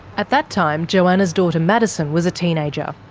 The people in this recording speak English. at that time johanna's daughter madison was a teenager.